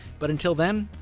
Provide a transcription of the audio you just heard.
but until then,